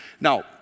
Now